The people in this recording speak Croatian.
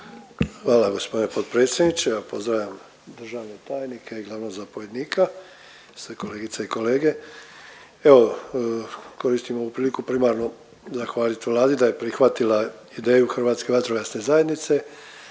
Hvala g. potpredsjedniče, pozdravljam državne tajnike i glavnog zapovjednika, sve kolegice i kolege. Evo, koristim ovu priliku primarno zahvaliti Vladi da je prihvatila ideju Hrvatske vatrogasne zajednice